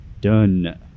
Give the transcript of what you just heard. done